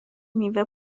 میوه